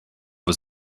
was